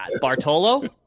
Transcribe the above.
Bartolo